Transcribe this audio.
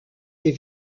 des